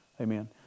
amen